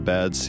Bad